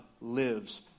lives